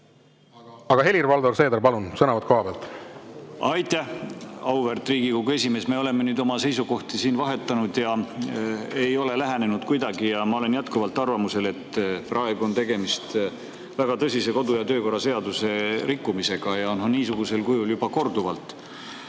Aga, Helir-Valdor Seeder, palun, sõnavõtt kohapealt! Aitäh, auväärt Riigikogu esimees! Me oleme nüüd oma seisukohti siin vahetanud ja need ei ole lähenenud kuidagi. Ma olen jätkuvalt arvamusel, et praegu on tegemist väga tõsise kodu- ja töökorra seaduse rikkumisega ja niisugusel kujul juba korduvalt.